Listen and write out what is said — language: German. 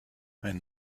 wenn